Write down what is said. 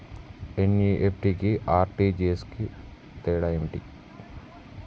NEFT కి RTGS కు తేడా ఏంటిది?